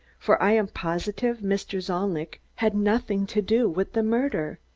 for i am positive mr. zalnitch had nothing to do with the murder.